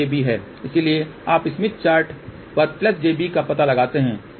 इसलिए आप Smith chart पर jb का पता लगाते हैं